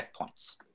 checkpoints